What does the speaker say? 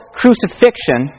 crucifixion